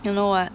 know what